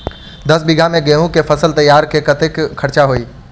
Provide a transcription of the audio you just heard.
दस बीघा मे गेंहूँ केँ फसल तैयार मे कतेक खर्चा हेतइ?